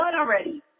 already